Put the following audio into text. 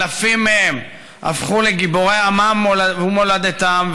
אלפים מהם הפכו לגיבורי עמם ומולדתם,